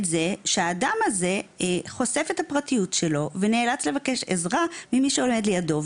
זה שהאדם הזה חושף את הפרטיות שלו ונאלץ לבקש עזרה ממי שעומד לידו,